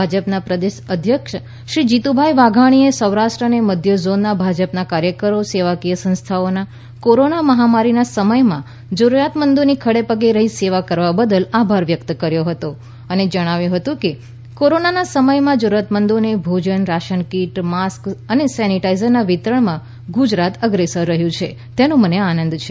ભાજપા પ્રદેશ અધ્યક્ષશ્રી જીતુભાઈ વાઘાણીએ સૌરાષ્ટ્ર અને મધ્ય ઝોનના ભાજપાના કાર્યકરો સેવાકીય સંસ્થાઓનો કોરોના મહામારીના સમયમાં જરૂરિયાતમંદોની ખડે પગે રહી સેવા ક રવા બદલ આભાર વ્યક્ત કર્યો હતો અને જણાવ્યું હતું કે કોરોનાના સમયમાં જરૂરિયાતમંદોને ભોજન રાશન કીટ માસ્ક સેનીટાઈઝરના વિતરણમાં ગુજરાત અગ્રેસર રહ્યું છે તેનો મને આનંદ છે